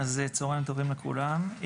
אז צוהריים טובים לכולם.